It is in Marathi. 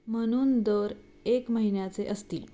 म्हणून दर एक महिन्याचे असतील